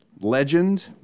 Legend